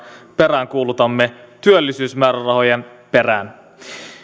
peräänkuulutamme työllisyysmäärärahoja